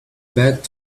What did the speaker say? back